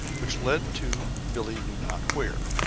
which led to billie knew not where.